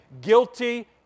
guilty